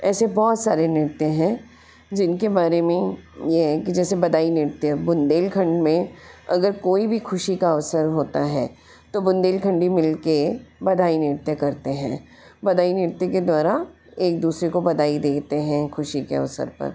ऐसे बहुत सारे नृत्य हैं जिन के बारे में ये है कि जैसे बदाई नृत्य बुंदेलखंड में अगर कोई भी ख़ुशी का अवसर होता है तो बुंदेलखंडी मिल कर बदाई नृत्य करते हैं बदाई नृत्य के द्वारा एक दूसरे को बदाई देते हैं ख़ुशी के अवसर पर